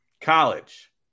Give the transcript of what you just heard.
College